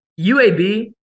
UAB